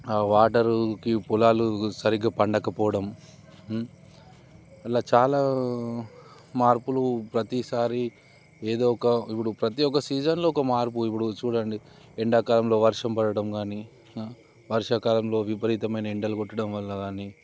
ఆ వాటరుకి పొలాలు సరిగ్గా పండకపోవడం ఇలా చాలా మార్పులు ప్రతిసారి ఏదో ఒక ఇప్పుడు ప్రతి ఒక్క సీజన్లో ఒక మార్పు ఇప్పుడు చూడండి ఎండాకాలంలో వర్షం పడడం కానీ వర్షాకాలంలో విపరీతమైన ఎండలు కొట్టడం వల్ల కానీ